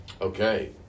Okay